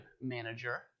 manager